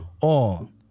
on